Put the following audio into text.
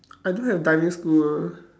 I don't have diving school